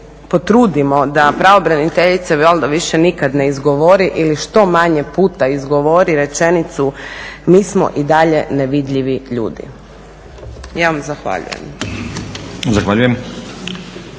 potrudimo da pravobraniteljica valjda više nikad ne izgovori ili što manje puta izgovori rečenicu mi smo i dalje nevidljivi ljudi. Ja vam zahvaljujem.